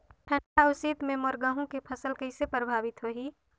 ठंडा अउ शीत मे मोर गहूं के फसल कइसे प्रभावित होही?